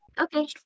Okay